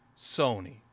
Sony